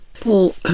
Paul